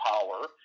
power